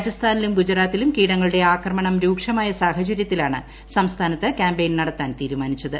രാജസ്ഥാനിലും ഗുജറാത്തിലും കീടങ്ങളുടെ ആക്ടുമണം രൂക്ഷമായ സാഹചര്യത്തിലാണ് സംസ്യ്ഥാനത്ത് ക്യാമ്പയിൻ നടത്താൻ തീരുമാനിച്ചത്